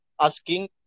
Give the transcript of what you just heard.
asking